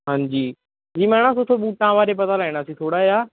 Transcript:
ਹਾਂਜੀ ਜੀ ਮੈਂ ਨਾ ਤੁਹਾਥੋਂ ਬੂਟਾਂ ਬਾਰੇ ਪਤਾ ਲੈਣਾ ਸੀ ਥੋੜ੍ਹਾ ਜਿਹਾ